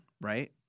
right